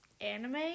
anime